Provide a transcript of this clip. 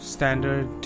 Standard